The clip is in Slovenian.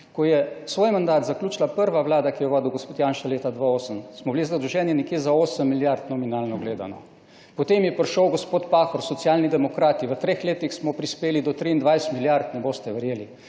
Ko je svoj mandat zaključila prva vlada, ki jo je vodil gospod Janša, leta 2008 smo bili zadolženi nekje za osem milijard nominalno gledano. Potem je prišel gospod Pahor, Socialni demokrati, v treh letih smo prispeli do 23 milijard, ne boste verjeli